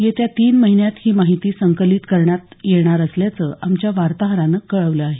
येत्या तीन महिन्यात ही माहिती संकलित करण्यात येणार असल्याचं आमच्या वार्ताहरानं कळवलं आहे